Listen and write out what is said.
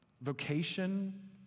Vocation